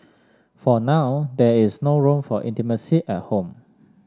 for now there is no room for intimacy at home